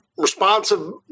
Responsive